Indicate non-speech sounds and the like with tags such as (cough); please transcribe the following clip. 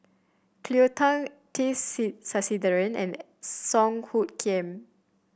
Cleo Thang T (unintelligible) Sasitharan and Song Hoot Kiam